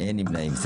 אין נמנעים.